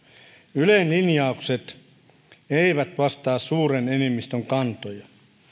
ylen linjaukset eivät vastaa suuren enemmistön kantoja